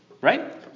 right